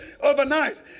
overnight